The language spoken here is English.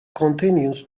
continues